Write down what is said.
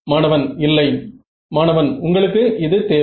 மாணவன் இல்லை மாணவன் உங்களுக்கு இது தேவை